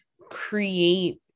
create